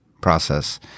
process